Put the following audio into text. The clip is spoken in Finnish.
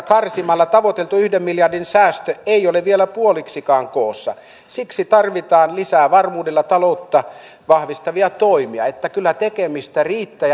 karsimalla tavoiteltu yhden miljardin säästö ei ole vielä puoliksikaan koossa siksi tarvitaan lisää varmuudella taloutta vahvistavia toimia kyllä tekemistä riittää